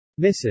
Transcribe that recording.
Mrs